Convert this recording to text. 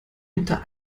unter